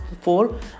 four